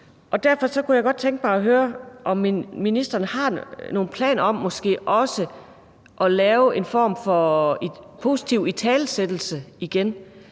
Derfor kunne jeg godt tænke mig at høre, om ministeren har nogle planer om måske også at lave en form for positiv italesættelse, igen,